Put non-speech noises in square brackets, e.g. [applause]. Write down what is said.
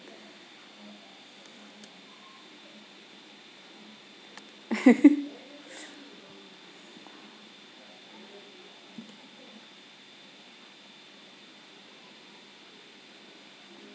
[laughs]